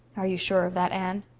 are you sure of that, anne?